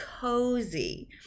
cozy